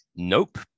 Nope